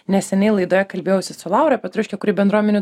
neseniai laidoje kalbėjausi su laura petruške kuri bendruomenių